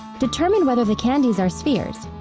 determine whether the candies are spheres.